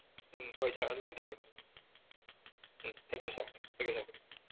ꯎꯝ ꯍꯣꯏ ꯁꯥꯔ ꯑꯗꯨꯃꯥꯏꯅ ꯇꯧꯔꯁꯤ um thank you sir thank you sir